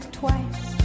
twice